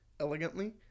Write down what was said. elegantly